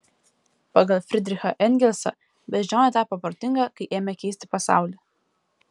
pagal fridrichą engelsą beždžionė tapo protinga kai ėmė keisti pasaulį